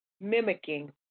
mimicking